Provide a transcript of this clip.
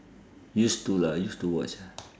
used to lah used to watch ah